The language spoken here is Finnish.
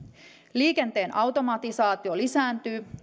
liikenteen automatisaatio lisääntyy